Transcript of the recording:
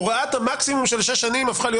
הוראת המקסימום של שש שנים הפכה להיות